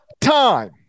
time